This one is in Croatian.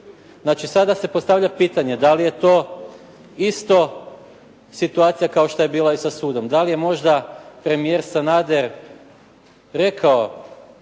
Znači, sada se postavlja pitanje da li je to isto situacija kao što je bila sa sudom, da li je možda premijer Sanader rekao